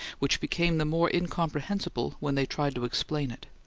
which became the more incomprehensible when they tried to explain it.